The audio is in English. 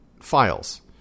files